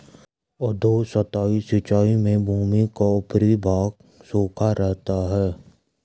अधोसतही सिंचाई में भूमि का ऊपरी भाग सूखा रहता है